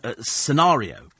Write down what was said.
scenario